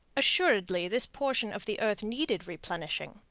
assuredly, this portion of the earth needed replenishing,